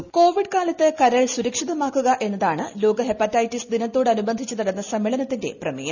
Covid കാലത്ത് ക്രൂർ സുരക്ഷിതമാക്കുക എന്നതാണ് ലോക ഹെപ്പറ്റൈറ്റി്സ് ദിനത്തോടനുബന്ധിച്ചു നടന്ന സമ്മേളനത്തിന്റെ പ്രമേയം